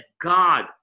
God